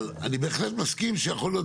אבל אני בהחלט מסכים שיכול להיות